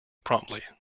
promptly